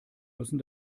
müssen